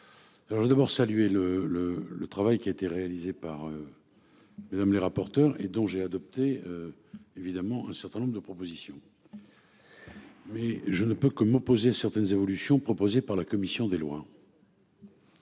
Alors d'abord saluer le le le travail qui a été réalisé par. Mesdames les rapporteurs et dont j'ai adopté. Évidemment, un certain nombre de propositions. Mais je ne peux que m'opposer certaines évolutions proposées par la commission des lois.